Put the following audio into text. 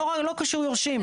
לא קשור יורשים.